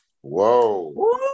Whoa